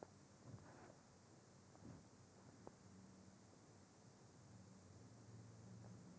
हिरव्या मुगात भरपूर प्रमाणात फायबर असते